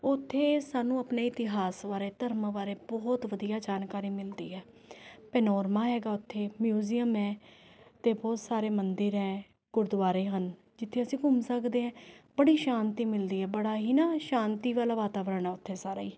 ਉੱਥੇ ਸਾਨੂੰ ਆਪਣੇ ਇਤਿਹਾਸ ਬਾਰੇ ਧਰਮ ਬਾਰੇ ਬਹੁਤ ਵਧੀਆ ਜਾਣਕਾਰੀ ਮਿਲਦੀ ਹੈ ਪੈਨੋਰਾਮਾ ਹੈਗਾ ਉੱਥੇ ਮਿਊਜ਼ੀਅਮ ਹੈ ਅਤੇ ਬਹੁਤ ਸਾਰੇ ਮੰਦਰ ਹੈ ਗੁਰਦੁਆਰੇ ਹਨ ਜਿੱਥੇ ਅਸੀਂ ਘੁੰਮ ਸਕਦੇ ਹੈ ਬੜੀ ਸ਼ਾਂਤੀ ਮਿਲਦੀ ਹੈ ਬੜਾ ਹੀ ਨਾ ਸ਼ਾਂਤੀ ਵਾਲਾ ਵਾਤਾਵਰਨ ਹੈ ਉੱਥੇ ਸਾਰਾ ਹੀ